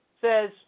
says